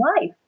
life